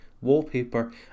Wallpaper